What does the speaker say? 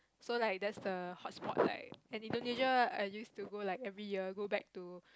so like that's the hotspot like and Indonesia I used to go like every year go back to